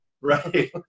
Right